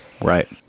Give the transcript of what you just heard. Right